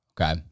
Okay